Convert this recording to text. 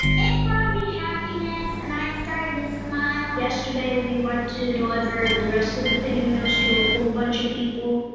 it brought me happiness and i started to smile. yesterday, we went to deliver the rest of the pinwheels to a whole bunch of people,